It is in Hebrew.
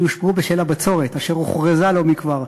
שהושפעו מהבצורת אשר הוכרזה לא מכבר,